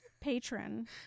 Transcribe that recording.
patron